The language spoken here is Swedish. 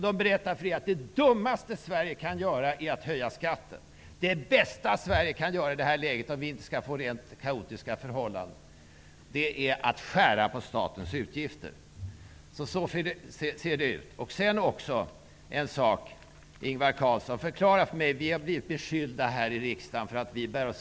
De skulle svara: Det dummaste Sverige kunde göra vore att höja skatten. Det bästa Sverige kan göra i detta läge är -- för att inte få rent kaotiska förhållanden -- att skära i statens utgifter. Så är situationen. Jag skulle vilja att Ingvar Carlsson förklarar en sak. Vi i Ny demokrati har blivit beskyllda för att vi bär oss så illa åt här i riksdagen.